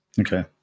Okay